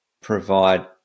provide